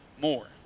more